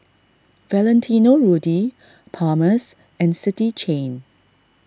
Valentino Rudy Palmer's and City Chain